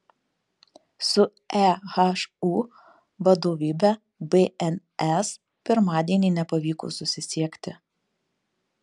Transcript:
su ehu vadovybe bns pirmadienį nepavyko susisiekti